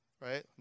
Right